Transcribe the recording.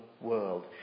world